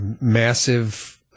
massive